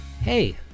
Hey